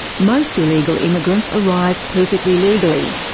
most illegal immigrants arrive perfectly legally.